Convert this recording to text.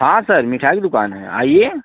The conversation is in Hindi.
हाँ सर मिठाई की दुकान है आइए